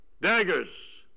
daggers